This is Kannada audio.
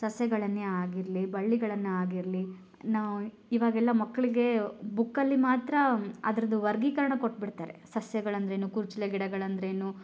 ಸಸ್ಯಗಳನ್ನೇ ಆಗಿರಲಿ ಬಳ್ಳಿಗಳನ್ನು ಆಗಿರಲಿ ನಾವು ಇವಾಗೆಲ್ಲ ಮಕ್ಕಳಿಗೆ ಬುಕ್ಕಲ್ಲಿ ಮಾತ್ರ ಅದ್ರದ್ದು ವರ್ಗೀಕರಣ ಕೊಟ್ಬಿಡ್ತಾರೆ ಸಸ್ಯಗಳು ಅಂದರೇನು ಕುರಿಚಲ ಗಿಡಗಳಂದರೇನು